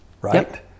right